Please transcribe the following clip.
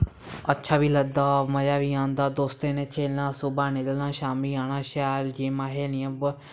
अच्छा बी लगदा मज़ा बी औंदा दोस्तें ने खेलना सुबह् निकलना शाम्मी आना शैल गेमां खेलनियां बौ